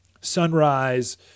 Sunrise